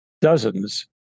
dozens